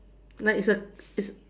like it's a it's